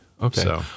Okay